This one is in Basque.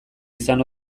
izan